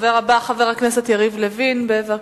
הדובר הבא, חבר הכנסת יריב לוין, בבקשה.